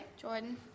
Jordan